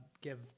give